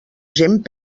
gent